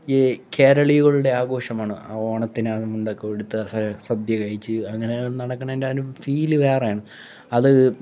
ഈ കേരളീകളുടെ ആഘോഷമാണ് ഓണത്തിന് അന്ന് മുണ്ടൊക്കെ ഉടുത്ത് സദ്യകഴിച്ച് അങ്ങനെ നടക്കുന്നതിൻ്റെ ഫീല് വേറെയാണ് അത്